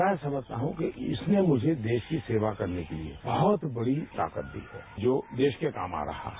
मैं समझता हूं कि इसने मुझे देश की सेवा करने के लिए बहुत बड़ी ताकत दी है जो देश के काम आ रहा है